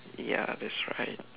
ya that's right